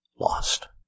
lost